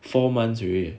four months already